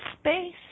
space